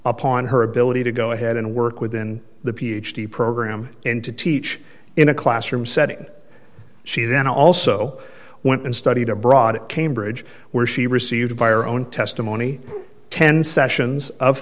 up on her ability to go ahead and work within the ph d program and to teach in a classroom setting she then also went and studied abroad at cambridge where she received by our own testimony ten sessions of